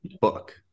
book